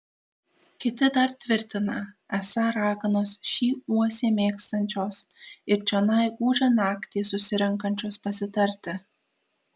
kiti dar tvirtina esą raganos šį uosį mėgstančios ir čionai gūdžią naktį susirenkančios pasitarti